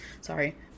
sorry